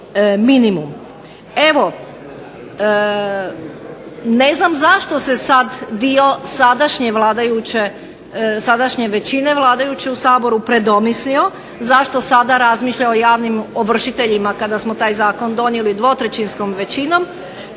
Evo, ne znam zašto se sada dio sadašnje većine vladajuće u Saboru predomislio, zašto sada razmišlja o javnim ovršiteljima kada smo taj zakon donijeli dvotrećinskom većinom.